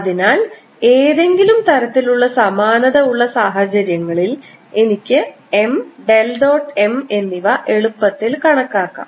അതിനാൽ ഏതെങ്കിലും തരത്തിലുള്ള സമാനത ഉള്ള സാഹചര്യങ്ങളിൽ എനിക്ക് M ഡെൽ ഡോട്ട് M എന്നിവ എളുപ്പത്തിൽ കണക്കാക്കാം